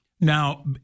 Now